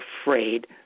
afraid